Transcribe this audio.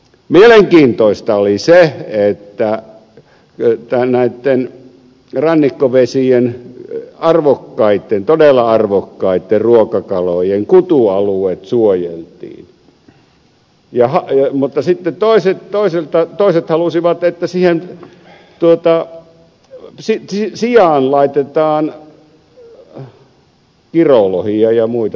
mielenkiintoista oli se että näitten rannikkovesien todella arvokkaitten ruokakalojen kutualueet suojeltiin mutta sitten toiset halusivat että sijaan laitetaan kirolohia ja muita